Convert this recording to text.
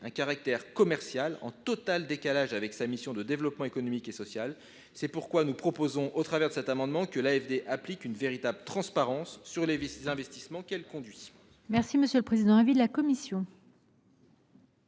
un caractère commercial en total décalage avec sa mission de développement économique et social. C’est pourquoi nous proposons, au travers de cet amendement, que l’AFD pratique la transparence sur les investissements qu’elle réalise. Quel est l’avis de